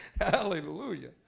Hallelujah